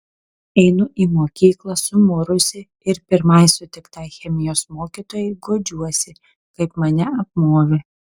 einu į mokyklą sumurusi ir pirmai sutiktai chemijos mokytojai guodžiuosi kaip mane apmovė